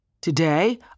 Today